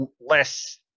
less